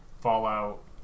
Fallout